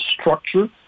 structure